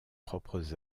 propres